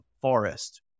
forest